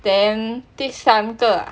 then 第三个